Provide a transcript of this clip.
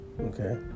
Okay